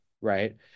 Right